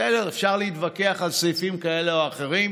בסדר, אפשר להתווכח על סעיפים כאלה או אחרים.